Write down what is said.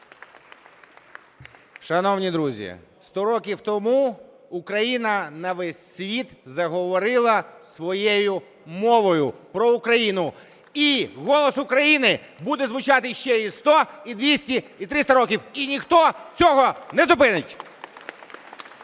Шановні друзі, 100 років тому Україна на весь світ заговорила своєю мовою про Україну. І голос України буде звучати ще і 100, і 200, і 300 років, і ніхто цього не зупинить!